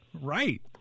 Right